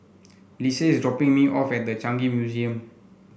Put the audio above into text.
Lise is dropping me off at The Changi Museum